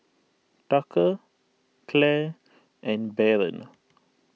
Tucker Clair and Baron